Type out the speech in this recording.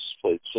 played